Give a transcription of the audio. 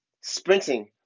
sprinting